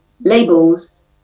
labels